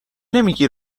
نمیگی